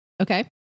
Okay